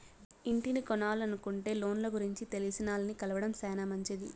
ఇంటిని కొనలనుకుంటే లోన్ల గురించి తెలిసినాల్ని కలవడం శానా మంచిది